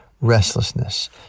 restlessness